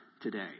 today